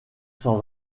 s’en